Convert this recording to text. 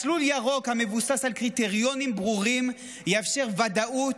מסלול ירוק המבוסס על קריטריונים ברורים יאפשר ודאות,